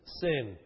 sin